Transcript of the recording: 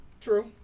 True